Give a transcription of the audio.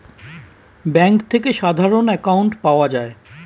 bank থেকে সাধারণ account পাওয়া যায়